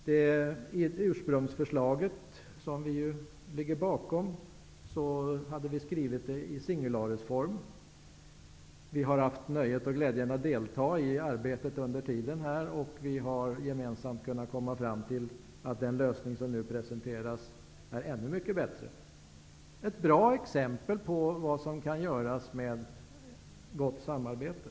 I ursprungsförslaget, som vi ju ligger bakom, hade vi skrivit detta i singularisform. Vi har haft nöjet och glädjen att under hand delta i arbetet, där man gemensamt kunnat komma fram till att den lösning som nu presenteras är ännu mycket bättre. Det är ett bra exempel på vad som kan göras med gott samarbete.